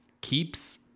keeps